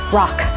rock